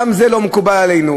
גם זה לא מקובל עלינו.